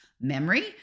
memory